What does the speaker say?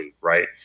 Right